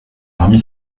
parmi